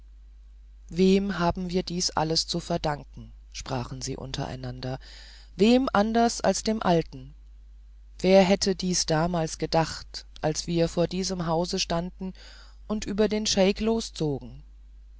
wem haben wir dies alles zu verdanken sprachen sie untereinander wem anders als dem alten wer hätte dies damals gedacht als wir vor diesem hause standen und über den scheik loszogen